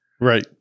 Right